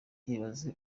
ibaze